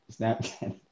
Snapchat